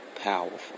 powerful